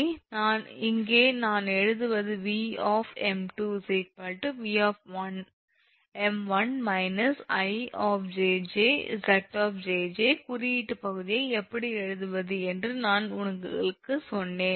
எனவே இங்கே நான் எழுதுவது 𝑉 𝑚2 𝑉 𝑚1 −𝐼 𝑗𝑗 𝑍 𝑗𝑗 குறியீட்டு பகுதியை எப்படி எழுதுவது என்று நான் உங்களுக்குச் சொன்னேன்